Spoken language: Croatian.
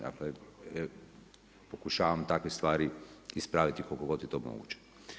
Dakle, pokušavam takve stvari ispraviti koliko god je to moguće.